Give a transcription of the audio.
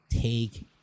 take